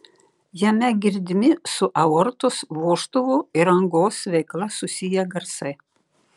jame girdimi su aortos vožtuvo ir angos veikla susiję garsai